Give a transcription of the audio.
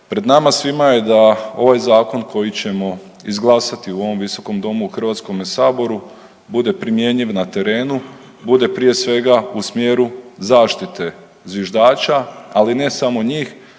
Pred nama svima je da ovaj zakon koji ćemo izglasati u ovom Visokom domu u Hrvatskome saboru bude primjenjiv na terenu, bude prije svega u smjeru zaštite zviždača, ali ne samo njih